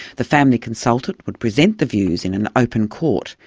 the family consultant would present the views in an open court,